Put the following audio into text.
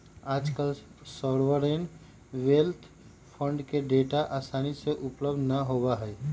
आजकल sovereign wealth fund के data आसानी से उपलब्ध ना होबा हई